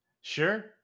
Sure